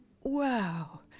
wow